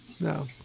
No